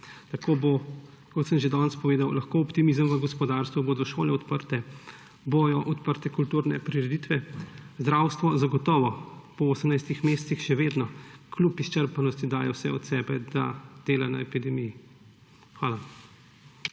Tako bo, kot sem že danes povedal, lahko optimizem v gospodarstvu, bodo šole odprte, bodo odprte kulturne prireditve, zdravstvo pa zagotovo po 18 mesecih še vedno kljub izčrpanosti daje vse od sebe, da dela na epidemiji. Hvala.